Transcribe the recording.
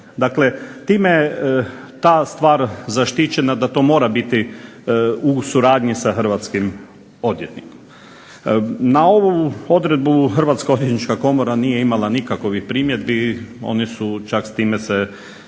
Dakle time ta stvar zaštićena da to mora biti u suradnji sa hrvatskim odvjetnikom. Na ovu odredbu Hrvatska odvjetnička komora nije imala nikakovih primjedbi, oni su čak s time se